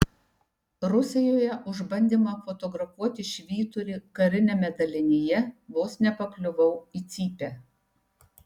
rusijoje už bandymą fotografuoti švyturį kariniame dalinyje vos nepakliuvau į cypę